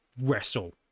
wrestle